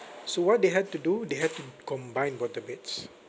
so what they had to do they had to combine both the beds